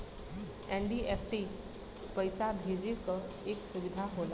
NEFT पइसा भेजे क एक सुविधा होला